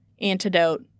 antidote